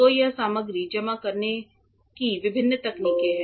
तो ये सामग्री जमा करने की विभिन्न तकनीकें हैं